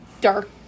dark